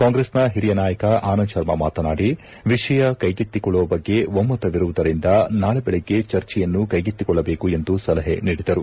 ಕಾಂಗ್ರೆಸ್ನ ಹಿರಿಯ ನಾಯಕ ಆನಂದ್ ಶರ್ಮಾ ಮಾತನಾಡಿ ವಿಷಯ ಕೈಗೆತ್ತಿಕೊಳ್ಳುವ ಬಗ್ಗೆ ಒಮ್ಮತವಿರುವುದರಿಂದ ನಾಳೆ ಬೆಳಗ್ಗೆ ಚರ್ಚೆಯನ್ನು ಕೈಗೆತ್ತಿಕೊಳ್ಳಬೇಕು ಎಂದು ಸಲಹೆ ನೀಡಿದರು